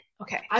okay